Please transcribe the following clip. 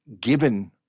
given